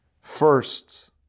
First